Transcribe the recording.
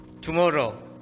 tomorrow